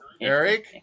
Eric